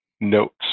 notes